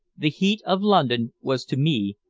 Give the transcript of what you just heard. the heat of london was, to me,